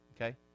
Okay